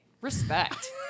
respect